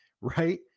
right